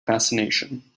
fascination